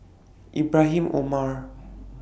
Ibrahim Omar